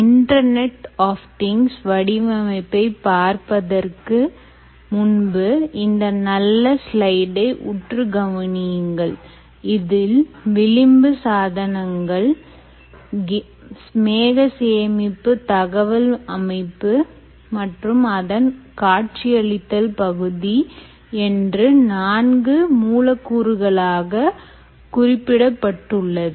internet of things வடிவமைப்பை பார்ப்பதற்கு முன்பு இந்த நல்ல ஸ்லைடை உற்று கவனியுங்கள் இதில் விளிம்பி சாதனங்கள் மேக சேமிப்பு தகவல் அமைப்பு மற்றும் அதன் காட்சியளித்தல் பகுதி என்று நான்கு மூலக்கூறுகளாக குறிப்பிடப்பட்டுள்ளது